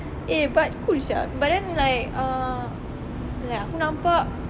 eh but cool sia but then like ah aku nampak